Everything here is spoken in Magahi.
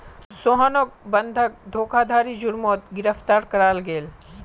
सोहानोक बंधक धोकधारी जुर्मोत गिरफ्तार कराल गेल